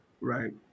Right